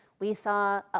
we saw ah